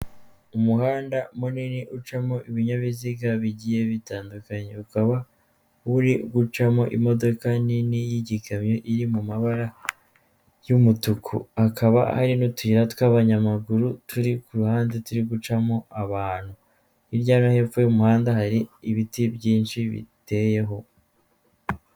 Umuhanda munini ucamo ibinyabiziga bigiye bitandukanye, ukaba uri gucamo imodoka nini y'igikamyo iri mu mabara y'umutuku, hakaba hari n'utuyira tw'abanyamaguru turi ku ruhande turi gucamo abantu, hirya no hepfo y'umuhanda hari ibiti byinshi biteyeho.